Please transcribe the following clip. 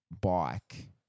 bike